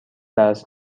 درس